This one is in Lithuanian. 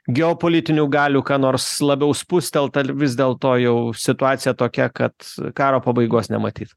geopolitinių galių ką nors labiau spustelt ar vis dėlto jau situacija tokia kad karo pabaigos nematyt